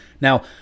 Now